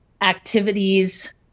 activities